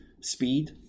speed